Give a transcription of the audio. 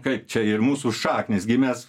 kaip čia ir mūsų šaknys gi mes